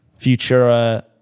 Futura